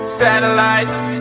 satellites